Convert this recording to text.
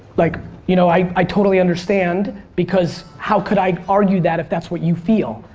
like you know i i totally understand because how could i argue that if that's what you feel.